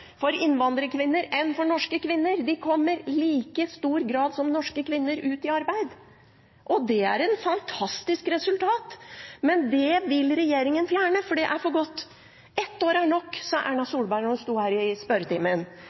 for innvandrerkvinner enn for norske kvinner; de kommer i like stor grad som norske kvinner ut i arbeid. Det er et fantastisk resultat, men det vil regjeringen fjerne, for det er for godt! Ett år er nok, sa Erna Solberg her under spørretimen. Hvem i